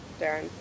Darren